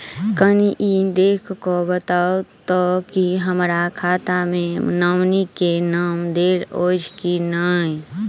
कनि ई देख कऽ बताऊ तऽ की हमरा खाता मे नॉमनी केँ नाम देल अछि की नहि?